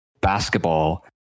basketball